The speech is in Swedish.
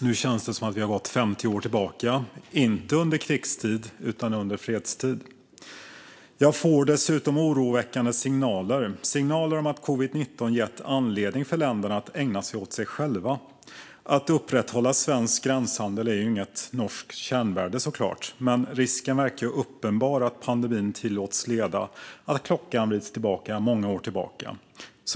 Nu känns det som om vi gått 50 år tillbaka - inte under krigstid utan under fredstid. Jag får dessutom oroväckande signaler, signaler om att covid-19 gett länderna anledning att ägna sig åt sig själva. Att upprätthålla svensk gränshandel är såklart inget norskt kärnvärde, men risken verkar uppenbar att pandemin tillåts leda till att klockan vrids många år tillbaka.